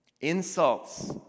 insults